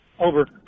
over